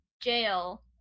jail